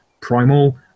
Primal